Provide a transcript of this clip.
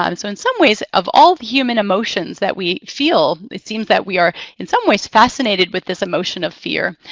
um so in some ways, of all the human emotions that we feel, it seems that we are, in some ways, fascinated with this emotion of fear.